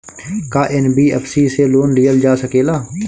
का एन.बी.एफ.सी से लोन लियल जा सकेला?